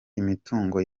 imitungo